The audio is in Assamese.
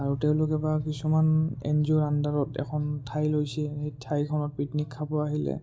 আৰু তেওঁলোকে বা কিছুমান এন জি অ'ৰ আণ্ডাৰত এখন ঠাই লৈছে সেই ঠাইখনত পিকনিক খাব আহিলে